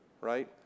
right